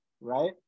right